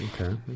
okay